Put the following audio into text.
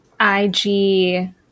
Ig